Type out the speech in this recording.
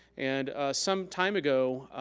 and some time ago,